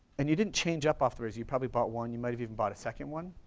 and you didn't change up off the razor, you probably bought one, you might've even bought a second one,